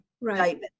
right